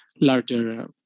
larger